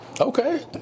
Okay